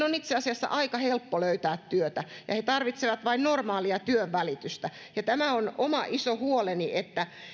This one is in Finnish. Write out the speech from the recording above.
on itse asiassa aika helppo löytää työtä ja he tarvitsevat vain normaalia työnvälitystä tämä on oma iso huoleni että